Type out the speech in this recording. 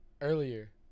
earlier